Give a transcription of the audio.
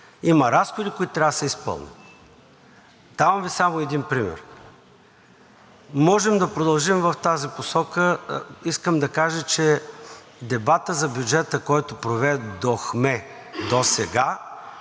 Има разходи, които трябва да се изпълнят. Давам Ви само един пример. Можем да продължим в тази посока. Искам да кажа, че дебатът за бюджета, който проведохме досега,